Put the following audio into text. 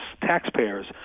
taxpayers